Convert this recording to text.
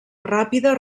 ràpida